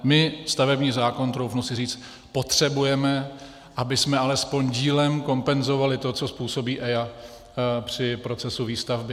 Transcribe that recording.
My stavební zákon, troufnu si říci, potřebujeme, abychom alespoň dílem kompenzovali to, co způsobí EIA při procesu výstavby.